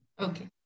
Okay